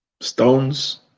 Stones